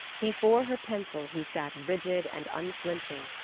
before her pencil he sat rigid and unflinching,